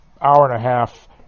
hour-and-a-half